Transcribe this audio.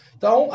Então